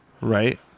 right